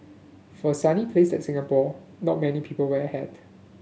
for a sunny place like Singapore not many people wear a hat